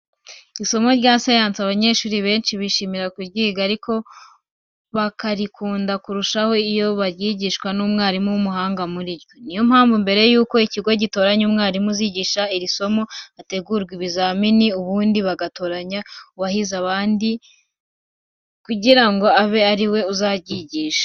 Isomo rya siyansi abanyeshuri benshi bishimira kuryiga ariko bakarikunda kurushaho iyo baryigishwa n'umwarimu w'umuhanga muri ryo. Ni yo mpamvu mbere yuko ikigo gitoranya umwarimu uzigisha iri somo, hategurwa ibizamini ubundi bagatoranyamo uwahize abandi kugira ngo abe ari we uzaryigisha.